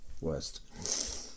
West